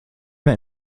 mehr